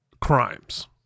crimes